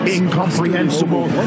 incomprehensible